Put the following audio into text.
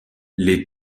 les